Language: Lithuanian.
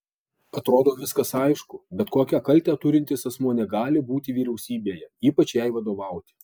atrodo viskas aišku bet kokią kaltę turintis asmuo negali būti vyriausybėje ypač jai vadovauti